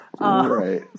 Right